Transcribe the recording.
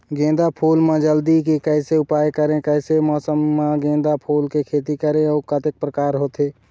गेंदा फूल मा जल्दी के कैसे उपाय करें कैसे समय मा गेंदा फूल के खेती करें अउ कतेक प्रकार होथे?